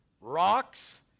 rocks